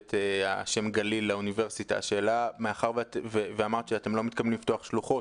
תוספת השם "גליל" לאוניברסיטה ואמרת שאתם לא מתכוונים לפתוח שלוחות